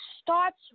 starts